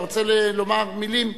אתה רוצה לומר מלים?